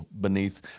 beneath